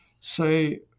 say